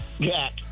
Jack